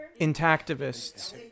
intactivists